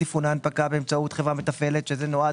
תפעול ההנפקה באמצעות חברה מתפעלת שזה נועד,